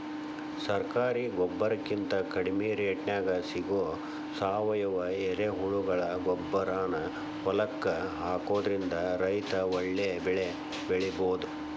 ಸರಕಾರಿ ಗೊಬ್ಬರಕಿಂತ ಕಡಿಮಿ ರೇಟ್ನ್ಯಾಗ್ ಸಿಗೋ ಸಾವಯುವ ಎರೆಹುಳಗೊಬ್ಬರಾನ ಹೊಲಕ್ಕ ಹಾಕೋದ್ರಿಂದ ರೈತ ಒಳ್ಳೆ ಬೆಳಿ ಬೆಳಿಬೊದು